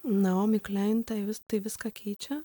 naomi klein tai vis tai viską keičia